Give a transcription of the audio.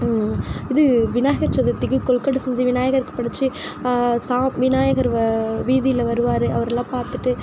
இது விநாயகர் சதுர்த்திக்கு கொழுக்கட்டை செஞ்சு விநாயகர்க்கு படைச்சி சா விநாயகர் வ வீதியில வருவார் அவரெல்லாம் பார்த்துட்டு